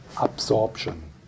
absorption